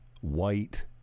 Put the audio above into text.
white